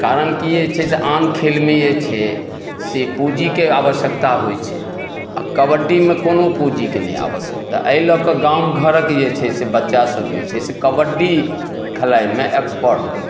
कारणकि जे छै से आन खेलमे जे छै से पूँजीके आवश्यकता होइ छै आओर कबड्डीमे कोनो पूँजीके नहि आवश्यकता अइ लए कऽ गाम घरक जे छै से बच्चा सब जे छै से कबड्डी खेलाइमे एक्सपर्ट होइत अछि